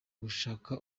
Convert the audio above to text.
gushaka